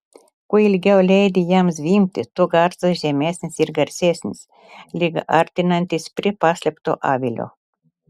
kuo ilgiau leidi jam zvimbti tuo garsas žemesnis ir garsesnis lyg artinantis prie paslėpto avilio